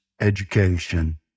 education